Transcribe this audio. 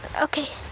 Okay